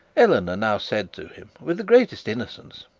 eleanor now said to him, with the greatest innocence,